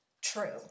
true